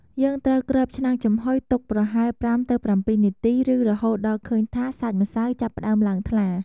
យើងត្រូវគ្របឆ្នាំងចំហុយទុកប្រហែល ៥ទៅ៧ នាទី ឬរហូតដល់ឃើញថាសាច់ម្សៅចាប់ផ្តើមឡើងថ្លា។